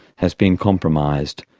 has been compromised.